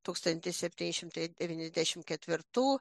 tūkstantis septyni šimtai devyniasdešimt ketvirtų